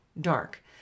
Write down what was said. dark